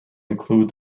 include